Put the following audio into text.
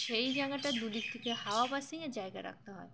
সেই জায়গাটা দুদিক থেকে হাওয়া পাসিংয়ের জায়গা রাখতে হয়